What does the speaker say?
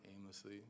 aimlessly